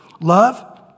Love